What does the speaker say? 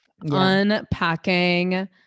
Unpacking